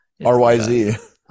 RYZ